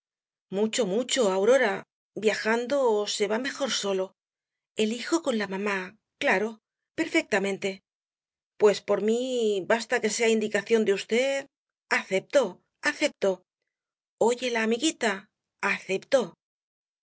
mucho mucho aurora viajando se va mejor solo el hijo con la mamá claro perfectamente pues por mí basta que sea indicación de v acepto acepto oye la amiguita acepto